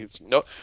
No